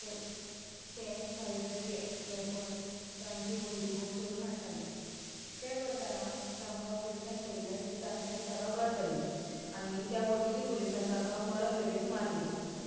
तें थंयसले वेपन्स ताच्यो बंदुको चोरून हाडटाले ते करताना तांकां पुलिसानी पळयल्ले ताच्यानी ताका गट्ट धरले आनी त्या पुर्तुगीज पोलिसान ताका मर पर्यांत मारलें